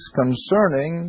concerning